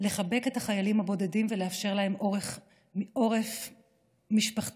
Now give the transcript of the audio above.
לחבק את החיילים הבודדים ולאפשר להם עורף משפחתי,